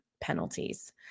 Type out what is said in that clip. penalties